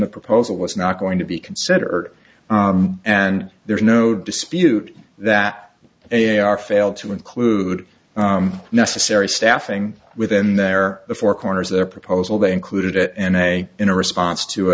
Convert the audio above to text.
the proposal was not going to be considered and there is no dispute that they are failed to include necessary staffing within their four corners their proposal they included it in a in a response to